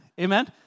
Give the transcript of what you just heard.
Amen